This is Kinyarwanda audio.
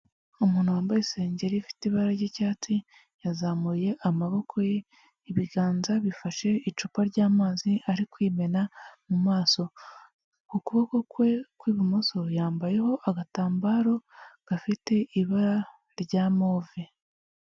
Umuntu wambaye isengeri ifite ibara ry'icyatsi yazamuye amaboko ye, ibiganza bifashe icupa ry'amazi ari kwimena mu maso. Ku kuboko kwe kw'ibumoso yambayeho agatambaro gafite ibara rya move.